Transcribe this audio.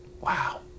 Wow